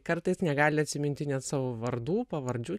kartais negali atsiminti net savo vardų pavardžių